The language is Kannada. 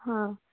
ಹಾಂ